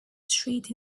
street